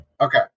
okay